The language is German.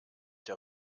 der